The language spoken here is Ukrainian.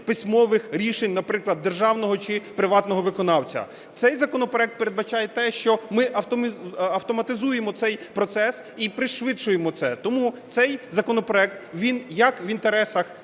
письмових рішень, наприклад, державного чи приватного виконавця. Цей законопроект передбачає те, що ми автоматизуємо цей процес і пришвидшуємо це. Тому цей законопроект, він як в інтересах